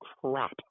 crap